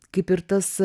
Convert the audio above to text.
kaip ir tas